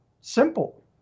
Simple